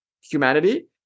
humanity